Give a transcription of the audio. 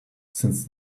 since